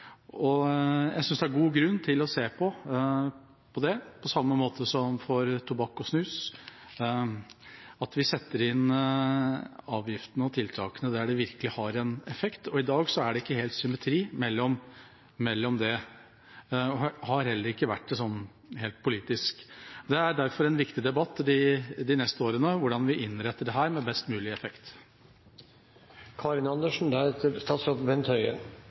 årene. Jeg synes det er god grunn til å se på det, på samme måte som for tobakk og snus, slik at vi setter inn avgiftene og tiltakene der det virkelig har en effekt. I dag er det ikke helt symmetri her og har heller ikke vært det helt politisk. Det er derfor en viktig debatt de neste årene hvordan vi innretter dette med best mulig effekt.